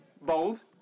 bold